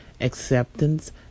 acceptance